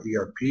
ERP